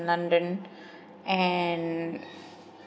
london and